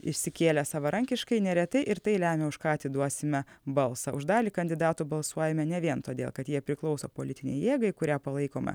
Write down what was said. išsikėlęs savarankiškai neretai ir tai lemia už ką atiduosime balsą už dalį kandidatų balsuojame ne vien todėl kad jie priklauso politinei jėgai kurią palaikome